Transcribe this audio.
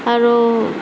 আৰু